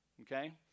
Okay